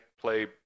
play